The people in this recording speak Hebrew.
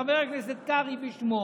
חבר הכנסת קרעי בשמו,